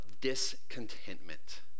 discontentment